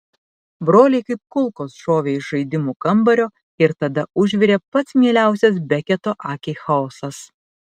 broliai kaip kulkos šovė iš žaidimų kambario ir tada užvirė pats mieliausias beketo akiai chaosas